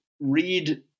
read